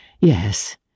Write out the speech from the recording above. Yes